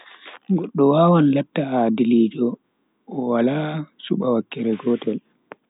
Goddo wawan latta adilijo, o wala suba wakkere gotel.